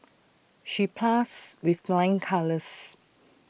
she passed with flying colours